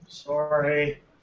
Sorry